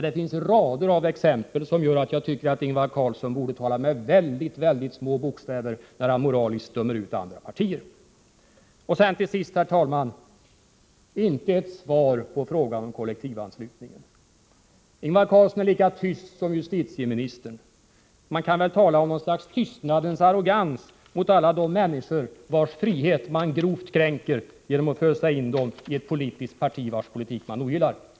Det finns rader av exempel som gör att jag tycker att Ingvar Carlsson borde tala med mycket, mycket små bokstäver när han moraliskt dömer ut andra partier. Till sist, herr talman: Inte ett svar på frågan om kollektivanslutningen. Ingvar Carlsson är lika tyst som justitieministern. Man kan tala om ett slags tystnadens arrogans mot alla de människor vilkas frihet man grovt kränker genom att fösa in dem i ett politiskt parti vars politik de ogillar.